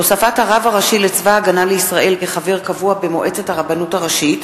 הוספת הרב הראשי לצבא-הגנה לישראל כחבר קבוע במועצת הרבנות הראשית),